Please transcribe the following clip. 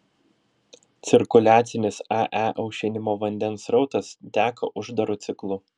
cirkuliacinis ae aušinimo vandens srautas teka uždaru ciklu